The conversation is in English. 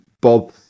Bob